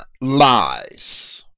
lies